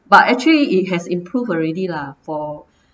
but actually it has improved already lah for